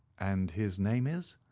and his name is?